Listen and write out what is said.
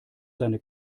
seine